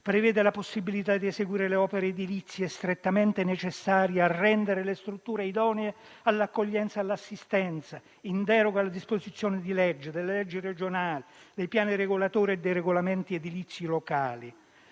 prevede la possibilità di eseguire le opere edilizie strettamente necessarie a rendere le strutture idonee all'accoglienza e all'assistenza, in deroga alle disposizioni di legge, delle leggi regionali, dei piani regolatori e dei regolamenti edilizi locali.